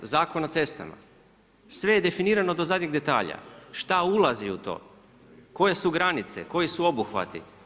Zakon o cestama sve je definirano do zadnjeg detalja šta ulazi u to, koje su granice, koji su obuhvati.